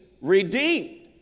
redeemed